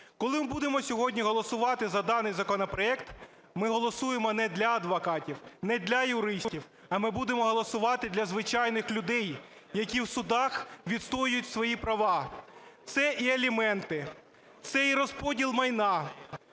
Коли ми будемо сьогодні голосувати за даний законопроект, ми голосуємо не для адвокатів, не для юристів, а ми будемо голосувати для звичайних людей, які в судах відстоюють свої права. Це і аліменти, це і розподіл майна,